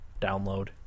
download